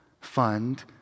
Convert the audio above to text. fund